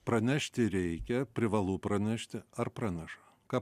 pranešti reikia privalu pranešti ar praneša ką